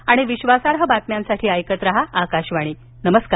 आणि विश्वासार्ह बातम्यांसाठी ऐकत राहा आकाशवाणी नमस्कार